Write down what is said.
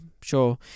sure